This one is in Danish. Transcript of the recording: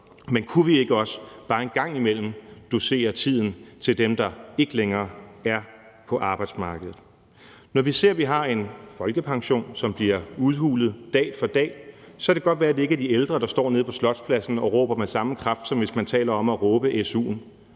men kunne vi ikke også bare en gang imellem dosere tiden til dem, der ikke længere er på arbejdsmarkedet? Når vi ser, at vi har en folkepension, som bliver udhulet dag for dag, så kan det godt være, at det ikke er de ældre, der står nede på Slotspladsen og råber med samme kraft, som hvis det drejer sig om su'en.